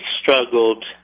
struggled